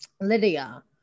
Lydia